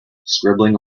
scribbling